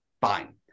Fine